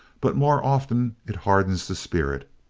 but more often it hardens the spirit.